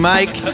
Mike